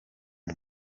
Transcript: uko